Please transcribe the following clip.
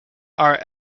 are